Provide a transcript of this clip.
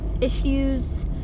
issues